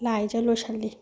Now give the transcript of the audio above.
ꯂꯥꯏꯁꯦ ꯂꯣꯏꯁꯤꯜꯂꯤ